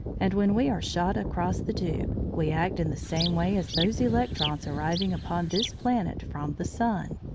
and when we are shot across the tube we act in the same way as those electrons arriving upon this planet from the sun.